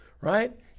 Right